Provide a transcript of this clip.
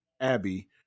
Abby